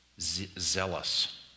zealous